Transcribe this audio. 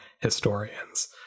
historians